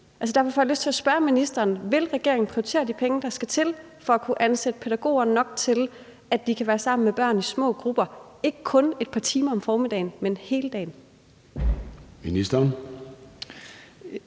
Vil regeringen prioritere de penge, der skal til for at kunne ansætte pædagoger nok til, at de kan være sammen med børnene i små grupper, ikke kun et par timer om formiddagen, men hele dagen?